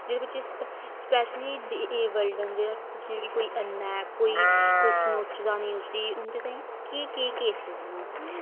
जेह्ड़े बच्चे specially abled न जियां कि कोई अ'न्ना ऐ कोई सनोचदा नी उसी उं'दे तांईं केह् केह् केसिस न